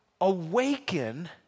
awaken